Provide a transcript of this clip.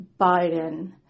Biden